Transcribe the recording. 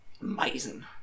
Amazing